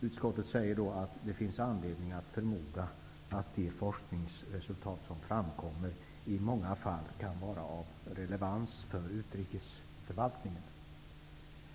Utskottet säger att det ''finns anledning att förmoda att de forskningsresultat som framkommer i många fall kan vara av relevans för utrikesförvaltningen''.